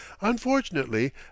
unfortunately